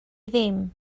ddim